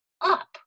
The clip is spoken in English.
up